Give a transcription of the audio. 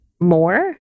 more